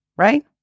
Right